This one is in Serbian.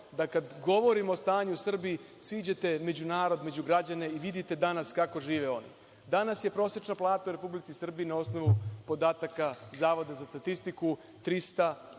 da kad govorimo o stanju u Srbiji, siđete među narod, među građane i vidite danas kako žive oni. Danas je prosečna plata u Republici Srbiji, na osnovu podataka Zavoda za statistiku 367